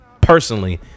personally